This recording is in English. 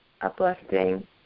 uplifting